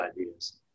ideas